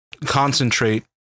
concentrate